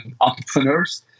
entrepreneurs